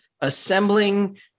assembling